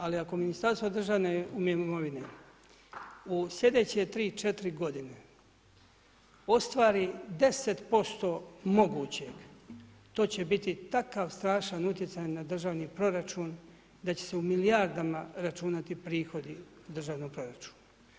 Ali ako Ministarstvo državne imovine u slijedeće tri, četiri godine ostvari 10% mogućeg, to će biti takav strašan utjecaj na državni proračun da će se u milijardama računati prihodi u državnom proračunu.